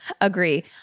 agree